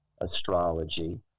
astrology